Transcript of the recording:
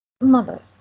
Mother